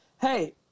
Hey